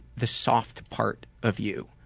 the soft part of you.